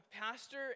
pastor